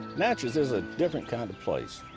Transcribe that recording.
natchez is a different kind of place.